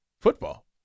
Football